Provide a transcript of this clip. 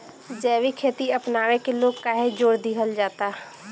जैविक खेती अपनावे के लोग काहे जोड़ दिहल जाता?